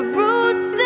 roots